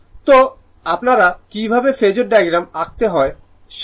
সুতরাং আপনারা কীভাবে ফেজোর ডায়াগ্রাম আঁকতে হয় সে সম্পর্কে সবকিছু বুঝতে পারবেন